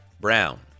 Brown